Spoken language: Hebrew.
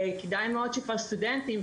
כדאי מאוד שכבר סטודנטים,